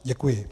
Děkuji.